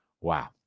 wow